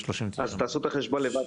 אז תעשו את החשבון לבד,